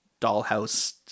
dollhouse